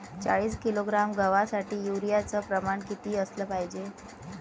चाळीस किलोग्रॅम गवासाठी यूरिया च प्रमान किती असलं पायजे?